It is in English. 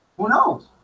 who knows